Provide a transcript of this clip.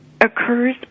occurs